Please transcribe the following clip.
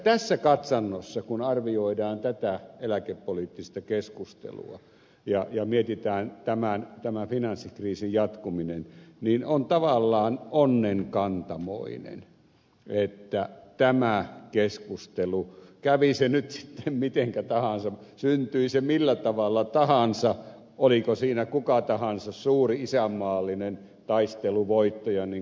tässä katsannossa kun arvioidaan tätä eläkepoliittista keskustelua ja mietitään tämän finanssikriisin jatkumista niin on tavallaan onnenkantamoinen että tämä keskustelu kävi siinä nyt sitten mitenkä tahansa syntyi se millä tavalla tahansa oli siinä kuka tahansa suuri isänmaallinen taisteluvoittaja niin kun ed